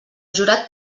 jurat